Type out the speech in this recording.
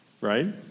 Right